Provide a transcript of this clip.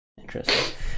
Interesting